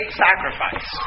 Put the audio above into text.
sacrifice